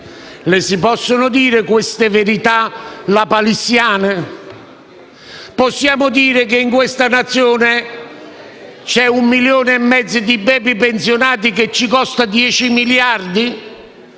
Si possono dire queste verità lapalissiane? Possiamo dire che in questa nazione c'è un milione e mezzo di *baby* pensionati che ci costano 10 miliardi